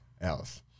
else